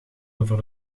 over